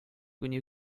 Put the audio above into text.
kuni